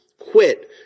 quit